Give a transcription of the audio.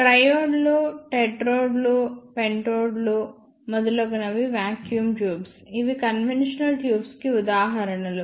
ట్రైయోడ్లు టెట్రోడ్లు పెంటోడ్లు మొదలగునవి వాక్యూమ్ ట్యూబ్స్ ఇవి కన్వెన్షనల్ ట్యూబ్స్ కి ఉదాహరణలు